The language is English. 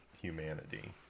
humanity